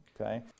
Okay